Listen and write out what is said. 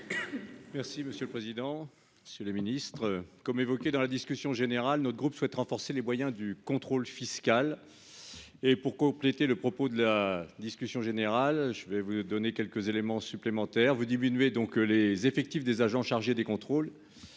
Merci monsieur le président, c'est le ministre, comme évoqué dans la discussion générale, notre groupe souhaite renforcer les moyens du contrôle fiscal et pour compléter le propos de la discussion générale, je vais vous donner quelques éléments supplémentaires vous diminuer donc les effectifs des agents chargés des contrôles,